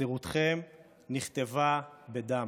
מסירותכם נכתבה בדם.